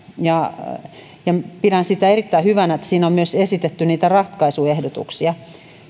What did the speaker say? ja ja pidän erittäin hyvänä että siinä on esitetty myös ratkaisuehdotuksia